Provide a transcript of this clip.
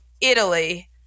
Italy